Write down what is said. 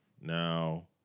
Now